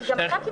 לדעת שהם בפגרה.